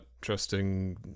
trusting